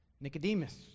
Nicodemus